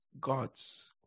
God's